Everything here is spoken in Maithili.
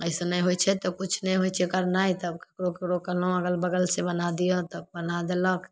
अइसे नहि होइ छै तऽ किछु नहि होइ छै करनाइ तब ककरो ककरो कहलहुँ अगल बगलसे बना दिअ तऽ बना देलक